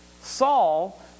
Saul